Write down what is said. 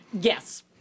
Yes